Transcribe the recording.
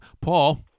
Paul